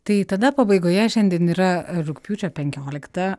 tai tada pabaigoje šiandien yra rugpjūčio penkiolikta